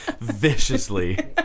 Viciously